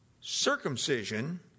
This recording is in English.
circumcision